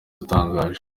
utangaje